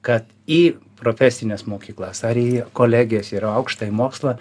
kad į profesines mokyklas ar į kolegijas ir į aukštąjį mokslą